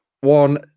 One